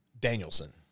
Danielson